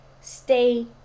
stay